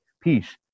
peace